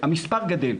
המספר גדל.